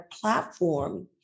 platform